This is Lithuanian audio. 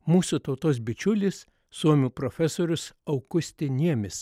mūsų tautos bičiulis suomių profesorius aukusti niemis